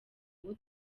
ngo